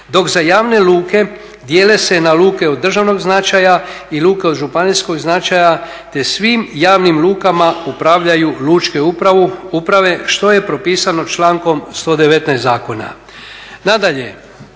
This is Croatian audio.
Dok za javne luke dijele se na luke od državnog značaja i luke od županijskog značaja te svim javnim lukama upravljaju lučke uprave što je propisano člankom 119. zakona. Nadalje,